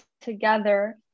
together